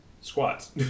Squats